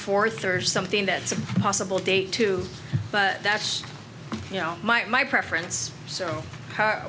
fourth or something that's a possible date too but that's you know my preference so